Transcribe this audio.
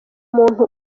muntu